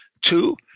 Two